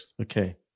Okay